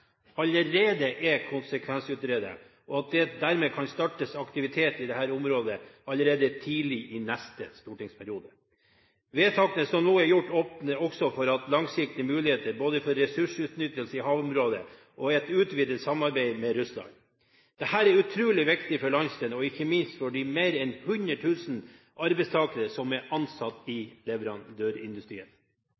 allerede er konsekvensutredet, og at det dermed kan startes aktivitet i dette området allerede tidlig i neste stortingsperiode. Vedtakene som nå er gjort, åpner også for langsiktige muligheter både for ressursutnyttelse i havområdet og et utvidet samarbeid med Russland. Dette er utrolig viktig for landsdelen og ikke minst for de mer enn hundre tusen arbeidstakere som er ansatt i